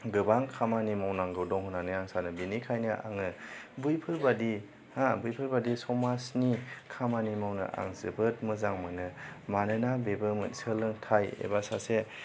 गोबां खामानि मावनांगौ दं होन्नानै आं सानो बेनिखायनो आङो बैफोरबादि हो बैफोरबादि समाजनि खामानि मावनो आं जोबोद मोजां मोनो मानोना बेबो सोलोंथाय एबा सासे